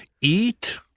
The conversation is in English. Eat